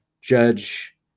judge